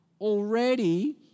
already